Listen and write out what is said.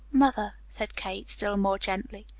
mother, said kate still more gently,